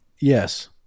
Yes